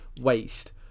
waste